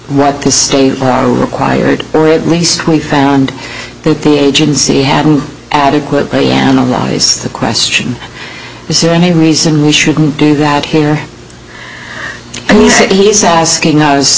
the state are required or at least we found that the agency had adequately analyze the question is there any reason we should do that here he's asking